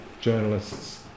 journalists